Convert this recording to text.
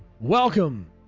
Welcome